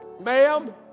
ma'am